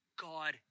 God